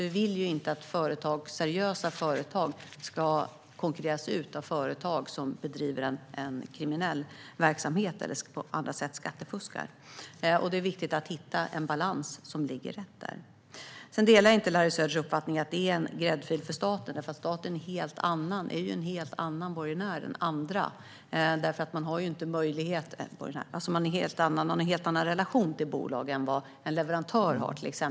Vi vill inte att seriösa företag ska konkurreras ut av företag som bedriver en kriminell verksamhet eller som på andra sätt skattefuskar. Det är viktigt att hitta rätt balans. Jag delar inte Larry Söders uppfattning att det är en gräddfil för staten. Staten har nämligen en helt annan relation till bolagen än vad till exempel en leverantör har.